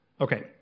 Okay